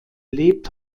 lebt